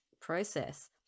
process